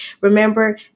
Remember